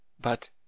But—